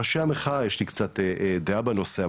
ראשי המחאה - יש לי קצת דעה בנושא,